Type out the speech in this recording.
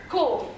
Cool